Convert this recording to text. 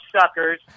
suckers